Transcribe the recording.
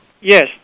Yes